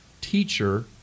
teacher